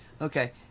okay